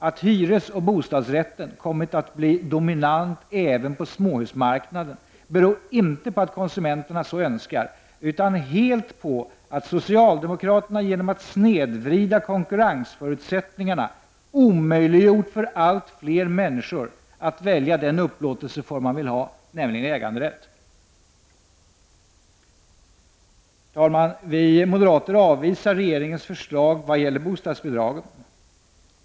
Att hyresoch bostadsrätten kommit att bli dominant även på småhusmarknaden beror inte på att konsumenterna så önskar utan helt på att socialdemokraterna genom att snedvrida konkurrensförutsättningarna omöjliggjort för allt fler människor att välja den upplåtelseform de vill ha, nämligen äganderätt. Herr talman! Vi moderater avvisar regeringens förslag vad gäller bostadsbidragen.